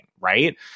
right